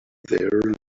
there